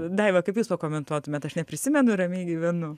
daiva kaip jūs pakomentuotumėt aš neprisimenu ir ramiai gyvenu